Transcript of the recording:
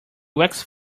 waxed